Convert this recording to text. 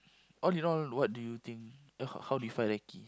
all in all what do you think h~ how how do you find recce